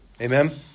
Amen